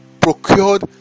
procured